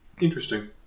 Interesting